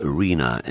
Arena